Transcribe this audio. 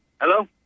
Hello